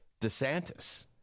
DeSantis